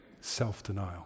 self-denial